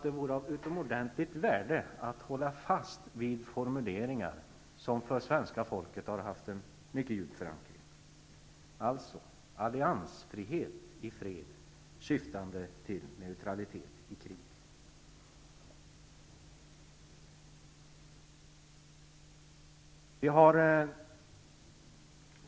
Det vore av utomordentligt värde att hålla fast vid den formulering som har en mycket djup förankring hos det svenska folket: alliansfrihet i fred syftande till neutralitet i krig.